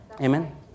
Amen